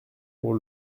pour